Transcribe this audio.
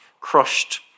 crushed